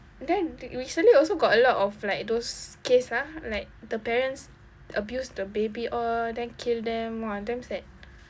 then re~ recently also got a lot of like those case ah like the parents abuse the baby all then kill them !wah! damn sad